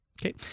okay